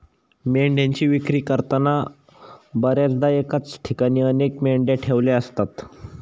मेंढ्यांची विक्री करताना बर्याचदा एकाच ठिकाणी अनेक मेंढ्या ठेवलेल्या असतात